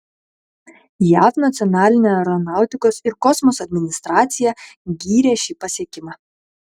jav nacionalinė aeronautikos ir kosmoso administracija gyrė šį pasiekimą